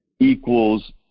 equals